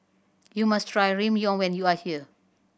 you must try Ramyeon when you are here